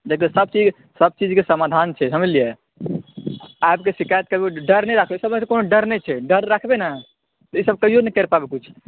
देखियौ सब चीज के समाधान छै समझलियै आब जे शिकायत करबै डर नहि राखबै डर नहि छै डर राखबै ने तऽ ई सब कहियौ ने कय सकबै किछु